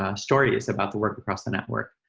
ah stories about the work across the network.